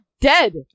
dead